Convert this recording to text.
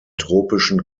tropischen